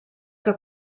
que